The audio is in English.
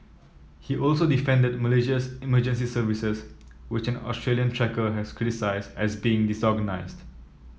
he also defended Malaysia's emergency services which an Australian trekker had criticised as being disorganised